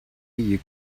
you